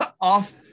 off